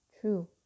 True